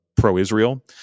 pro-israel